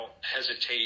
hesitate